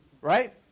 right